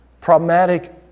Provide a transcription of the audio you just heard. problematic